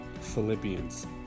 Philippians